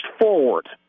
forward